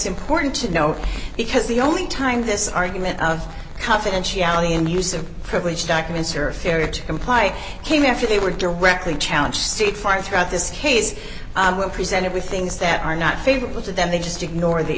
important to know because the only time this argument of confidentiality and use of privilege documents are fair to comply came after they were directly challenge seat far throughout this case when presented with things that are not favorable to them they just ignore the